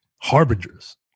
Harbingers